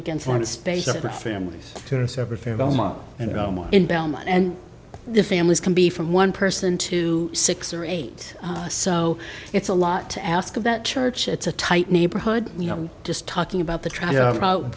families you know more in belmont and the families can be from one person to six or eight so it's a lot to ask about church it's a tight neighborhood you know just talking about the t